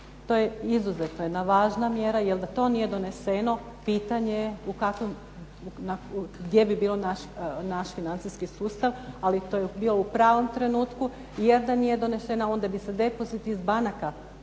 To je izuzetno jedna važna mjera, jer da to nije doneseno pitanje je gdje bi bio naš financijski sustav, ali to je bilo u pravom trenutku. Jer da nije donešena onda bi se depoziti iz banaka